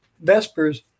vespers